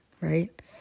right